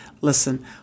Listen